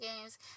games